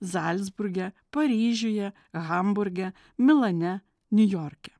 zalcburge paryžiuje hamburge milane niujorke